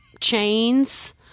chains